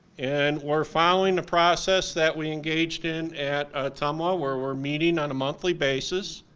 and we're following the process that we engaged in at tumla where we're meeting on a monthly basis.